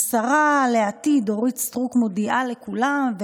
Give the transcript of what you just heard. השרה לעתיד אורית סטרוק מודיעה לכולם,